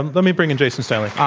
and let me bring in jason stanley.